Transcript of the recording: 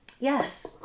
Yes